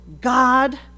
God